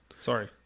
sorry